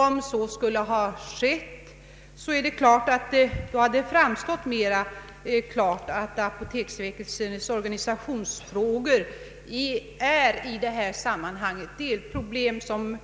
Om så skulle ha skett, hade det framstått mera klart att apoteksväsendets organisationsfrågor i detta sammanhang knappast utgör ett problem som